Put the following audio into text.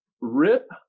rip